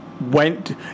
went